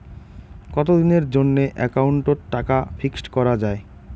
কতদিনের জন্যে একাউন্ট ওত টাকা ফিক্সড করা যায়?